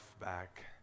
back